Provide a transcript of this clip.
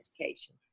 education